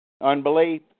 Unbelief